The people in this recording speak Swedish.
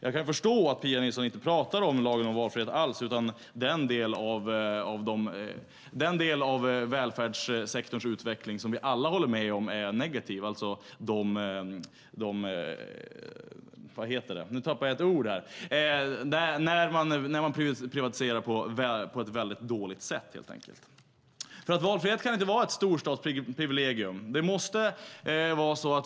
Jag kan förstå att Pia Nilsson inte talar om lagen om valfrihet alls utan om den del av välfärdssektorns utveckling som vi alla håller med om är negativ, alltså de dåliga privatiseringarna. Valfrihet kan inte vara ett storstadsprivilegium.